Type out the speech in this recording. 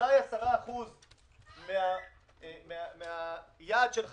אז אני חושב שכולנו צריכים לשים יד על הלב ולהסתכל מה אימפקט של תוכנית.